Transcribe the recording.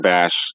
Bash